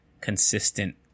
consistent